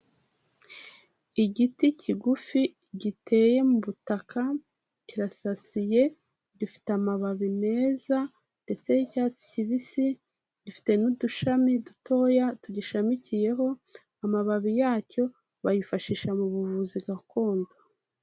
Igiti kigufi giteye mu butaka kirasasiye, gifite amababi meza ndetse y'icyatsi kibisi, gifite n'udushami dutoya tugishashamikiyeho, amababi yacyo bayifashisha mu buvuzi gakondo.